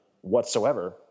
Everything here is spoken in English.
whatsoever